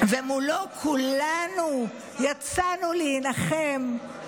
ומולו כולנו יצאנו להילחם,